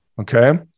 okay